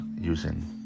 using